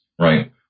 right